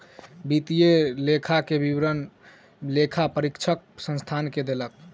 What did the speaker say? वित्तीय लेखा के विवरण लेखा परीक्षक संस्थान के देलक